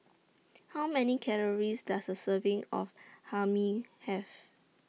How Many Calories Does A Serving of Hae Mee Have